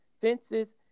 fences